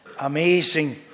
amazing